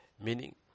Meaning